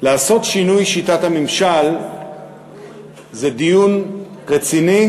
כדי לעשות שינוי בשיטת הממשל צריך דיון רציני,